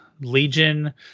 Legion